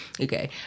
okay